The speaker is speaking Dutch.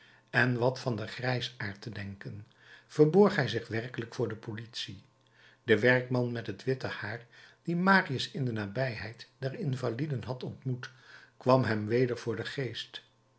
en wat van den grijsaard te denken verborg hij zich werkelijk voor de politie de werkman met het witte haar dien marius in de nabijheid der invaliden had ontmoet kwam hem weder voor den geest